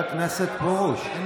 חבר הכנסת קרעי, שב.